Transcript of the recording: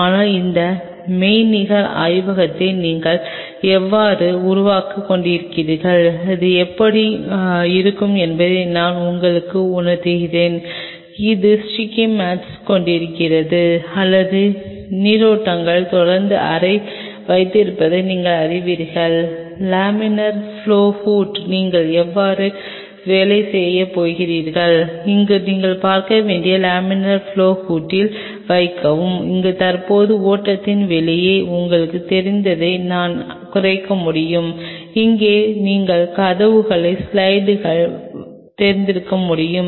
ஆனால் இந்த மெய்நிகர் ஆய்வகத்தை நாங்கள் எவ்வாறு உருவாக்கிக் கொண்டிருக்கிறோம் அது எப்படி இருக்கும் என்பதை நான் உங்களுக்கு உணர்த்துகிறேன் அது ஸ்டிக்கி மேட்ஸ் கொண்டிருக்கிறது அல்லது நீரோட்டங்கள் தொடர்ந்து அறை வைத்திருப்பதை நீங்கள் அறிவீர்கள் லேமினார் ப்லொவ் ஹூட்டில் நீங்கள் எவ்வாறு வேலை செய்யப் போகிறீர்கள் அங்கு நீங்கள் பார்க்க வேண்டிய லேமினார் ப்லொவ் ஹூட்டில் வைக்கவும் அங்கு தற்போதைய ஓட்டத்திற்கு வெளியே உங்களுக்குத் தெரிந்ததை நான் குறைக்க முடியும் அங்கு நீங்கள் கதவுகளில் ஸ்லைடு தெரிந்திருக்க முடியும்